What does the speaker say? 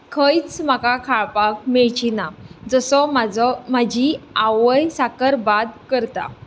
खंयच म्हाका खावपाक मेळची ना जसो म्हाजो म्हाजी आवय साकरभात करता